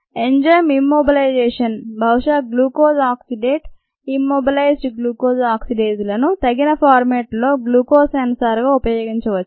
enzyme immobilization బహుశా glucose oxidase immobilized glucose oxidase లను తగిన ఫార్మాట్ లో గ్లూకోజ్ సెన్సార్ గా ఉపయోగించవచ్చు